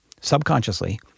subconsciously